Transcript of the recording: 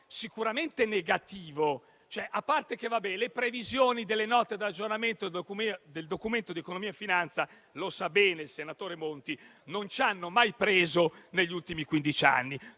sicuramente negativo: a parte che le previsioni delle note di aggiornamento del Documento di economia e finanza - lo sa bene il senatore Monti - non ci hanno mai preso negli ultimi quindici